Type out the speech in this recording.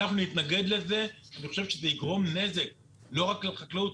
יש חשיבות מאוד גדולה לאמירות שהיו כאן שהכניסה היא באמת אוטומטית,